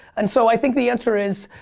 and so i think the answer is